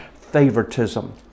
favoritism